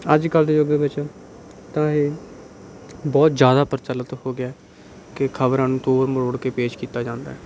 ਅੱਜ ਕੱਲ੍ਹ ਦੇ ਯੁੱਗ ਵਿੱਚ ਤਾਂ ਇਹ ਬਹੁਤ ਜ਼ਿਆਦਾ ਪ੍ਰਚੱਲਿਤ ਹੋ ਗਿਆ ਕਿ ਖਬਰਾਂ ਨੂੰ ਤੋੜ ਮਰੋੜ ਕੇ ਪੇਸ਼ ਕੀਤਾ ਜਾਂਦਾ ਹੈ